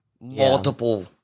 multiple